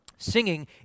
Singing